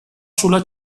sulla